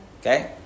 Okay